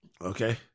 Okay